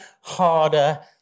harder